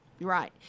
Right